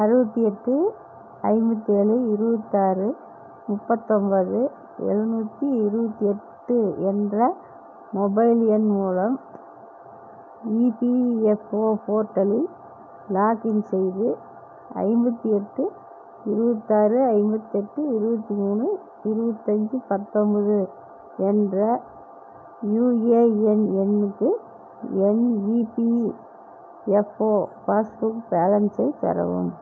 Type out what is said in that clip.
அறுபத்தி எட்டு ஐம்பத்தி ஏழு இருபத்தாறு முப்பத்தொம்போது எழுநூத்தி இருபத்தி எட்டு என்ற மொபைல் எண் மூலம் இபிஎஃப்ஓ போர்ட்டலில் லாக்இன் செய்து ஐம்பத்தி எட்டு இருபத்தாறு ஐம்பத்தெட்டு இருபத்தி மூணு இருபத்தஞ்சி பத்தொம்போது என்ற யுஏஎன் எண்ணுக்கு என் இபிஎஃப்ஓ பாஸ்புக் பேலன்ஸை பெறவும்